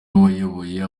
wayoboye